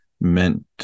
meant